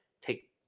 take